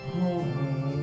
home